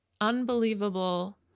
unbelievable